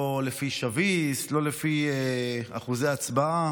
לא לפי שביס, לא לפי אחוזי ההצבעה.